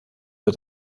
für